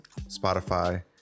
Spotify